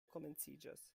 komenciĝas